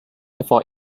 for